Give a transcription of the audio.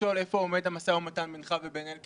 איפה עומד המשא ומתן בינך לבין אלקין